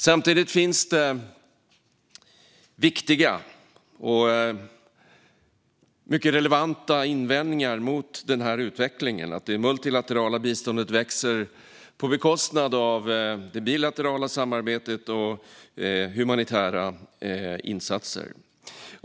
Samtidigt finns det viktiga och mycket relevanta invändningar mot den här utvecklingen, alltså att det multilaterala biståndet växer på bekostnad av det bilaterala samarbetet och humanitära insatser.